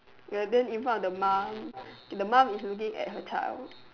well then in front of the mom the mom is looking at her child